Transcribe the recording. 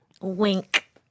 Wink